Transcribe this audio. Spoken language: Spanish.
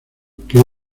que